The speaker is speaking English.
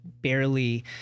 barely